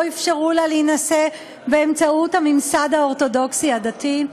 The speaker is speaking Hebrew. אפשרו לה להינשא באמצעות הממסד האורתודוקסי הדתי.